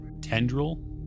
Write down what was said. tendril